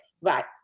right